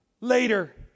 later